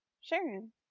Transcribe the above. Sharon